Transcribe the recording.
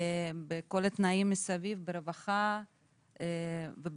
בכל התנאים מסביב, ברווחה ובשכר.